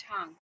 tongue